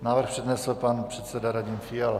Návrh přednesl pan předseda Radim Fiala.